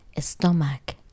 stomach